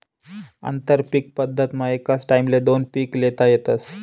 आंतरपीक पद्धतमा एकच टाईमले दोन पिके ल्हेता येतस